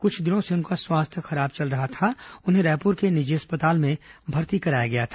कुछ दिनों से उनका स्वास्थ्य खराब चल रहा था उन्हें रायपुर के निजी अस्पताल में भर्ती कराया गया था